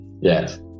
Yes